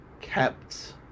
kept